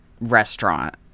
restaurant